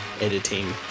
editing